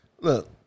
Look